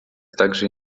также